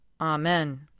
Amen